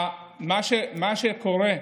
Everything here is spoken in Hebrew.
מה שקורה,